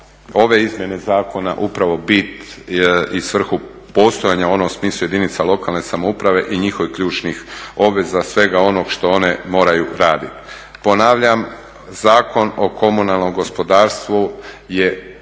ove izmjene zakona, upravo bit i svrhu postojanja u onom smislu jedinice lokalne samouprave i njihovih ključnih obveza, svega onoga što one moraju raditi. Ponavljam, Zakon o komunalnom gospodarstvu je